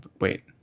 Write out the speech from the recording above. Wait